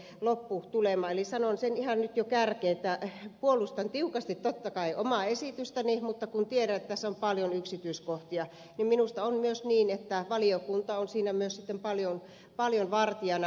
eli sanon sen nyt jo kärkeen että puolustan tiukasti totta kai omaa esitystäni mutta kun tiedän että tässä on paljon yksityiskohtia minusta on myös niin että valiokunta on siinä paljon vartijana